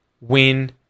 win